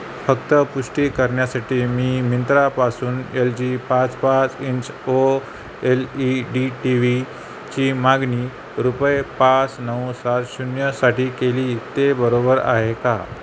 फक्त पुष्टी करण्यासाठी मी मिंत्रापासून एल जी पाच पाच inch O L E D T व्हीची मागणी रुपये पाच नऊ सात शून्यसाठी केली ते बरोबर आहे का